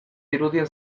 dirudien